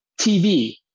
tv